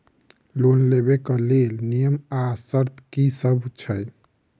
Loan लेबऽ कऽ लेल नियम आ शर्त की सब छई?